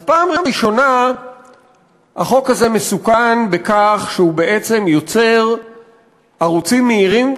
אז פעם ראשונה החוק הזה מסוכן בכך שהוא בעצם יוצר ערוצים מהירים,